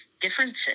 differences